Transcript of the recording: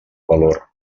valor